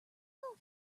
know